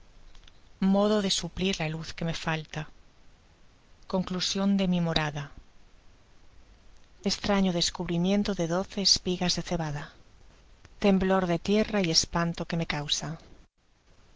modo de suplir la luz que me falta conclusion de mi morada estraño descubrimiento de doce espigas de cebada temblor de tierra y es panto que me causa